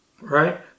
right